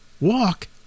walk